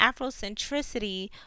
afrocentricity